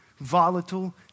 volatile